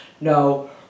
no